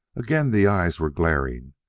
again the eyes were glaring,